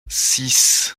six